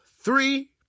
three